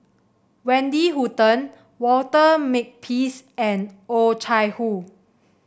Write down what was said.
Wendy Hutton Walter Makepeace and Oh Chai Hoo